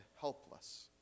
helpless